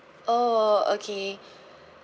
oh okay